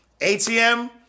ATM